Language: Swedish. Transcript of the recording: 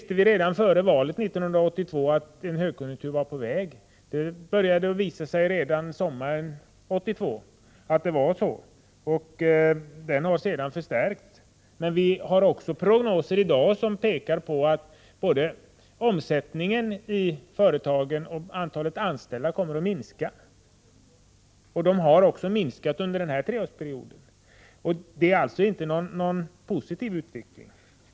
Redan före valet 1982 visste vi att en högkonjunktur var på väg — det började visa sig sommaren 1982. Denna högkonjunktur har sedan förstärkts. Men vi har i dag prognoser som pekar på att både omsättningen i företagen och antalet anställda kommer att minska, vilket har skett också under denna treårsperiod. Det är alltså inte någon positiv utveckling.